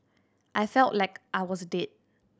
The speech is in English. I felt like I was dead